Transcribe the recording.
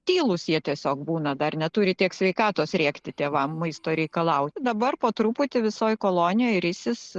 tylūs jie tiesiog būna dar neturi tiek sveikatos rėkti tėvam maisto reikalaut dabar po truputį visoj kolonijoj risis